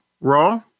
Raw